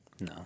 No